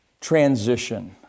transition